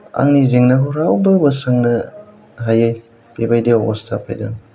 आंनि जेंनाखौ रावबो बोस्रांनो हायै बेबायदि अबस्था फैदों